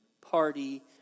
party